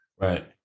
right